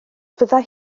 fyddai